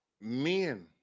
Men